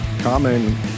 common